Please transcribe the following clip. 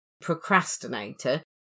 Procrastinator